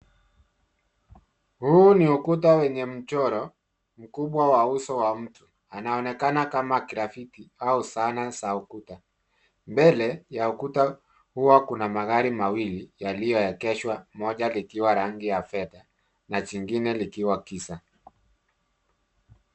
Huu ni ukuta wenye mchoro mkubwa wa uso wa mtu. Anaonekana kama grafiki au zana za ukuta. Mbele ya ukuta huwa kuna magari mawili yaliyoegeshwa moja likiwa rangi ya fedha na jingine likiwa giza.